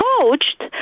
coached